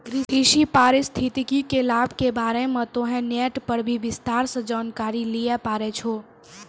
कृषि पारिस्थितिकी के लाभ के बारे मॅ तोहं नेट पर भी विस्तार सॅ जानकारी लै ल पारै छौ